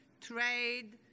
trade